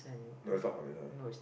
no is not